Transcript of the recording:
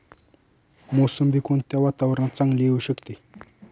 मोसंबी कोणत्या वातावरणात चांगली येऊ शकते?